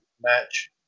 match